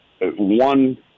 one